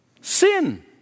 Sin